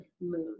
mood